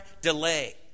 delay